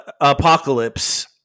Apocalypse